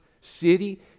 city